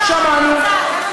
שמענו,